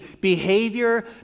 Behavior